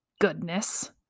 goodness